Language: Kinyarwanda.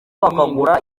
bakagura